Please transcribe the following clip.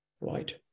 Right